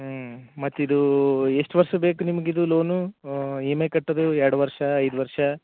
ಹ್ಞೂ ಮತ್ತೆ ಇದು ಎಷ್ಟು ವರ್ಷ ಬೇಕು ನಿಮ್ಗ ಇದು ಲೋನು ಇ ಎಮ್ ಐ ಕಟ್ಟುದ ಎರಡು ವರ್ಷ ಐದು ವರ್ಷ